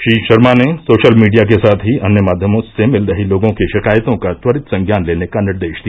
श्री शर्मा ने social media के साथ ही अन्य माध्यमों से मिल रही लोगों की शिकायतों का त्वरित संज्ञान लेने का निर्देश दिया